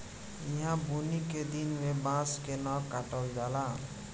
ईहा बुनी के दिन में बांस के न काटल जाला